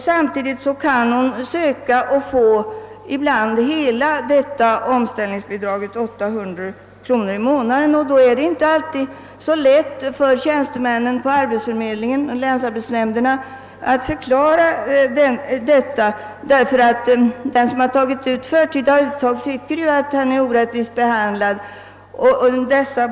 Samtidigt kan en kvinna med änkepension söka och få ibland hela omställningsbidraget på 800 kronor i månaden. Det är inte alltid så lätt för tjänstemännen på arbetsförmedlingen att förklara dessa saker för dem som gjort förtida uttag och tycker att de är orättvist behandlade.